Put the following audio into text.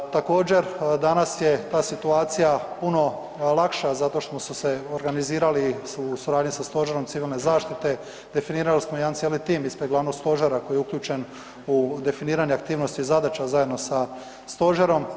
Također danas je ta situacija puno lakša zato što smo se organizirali u suradnji sa stožerom civilne zaštite, definirali smo jedan cijeli tim ispred glavnog stožera koji je uključen u definiranje aktivnosti zadaća zajedno sa stožerom.